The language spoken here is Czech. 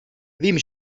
vím